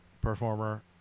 performer